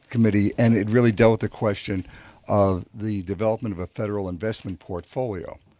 committee. and it really dealt with the question of the development of a federal investment portfolio,